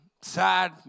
sad